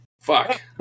Fuck